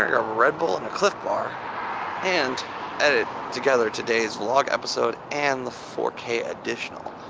yeah red bull and a cliff bar and edit together today's vlog episode and the four k additional,